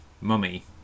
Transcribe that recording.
mummy